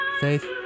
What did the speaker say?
Faith